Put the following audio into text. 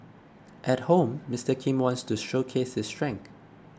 at home Mister Kim wants to showcase his strength